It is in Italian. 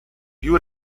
più